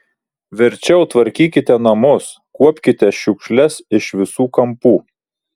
verčiau tvarkykite namus kuopkite šiukšles iš visų kampų